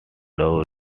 lou